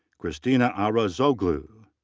christina achrazoglou.